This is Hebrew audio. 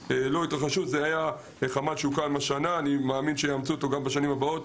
זה חמ"ל שהוקם השנה ואני מאמין שיאמצו אותו גם בשנים הבאות,